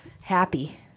Happy